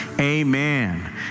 Amen